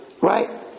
right